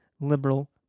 liberal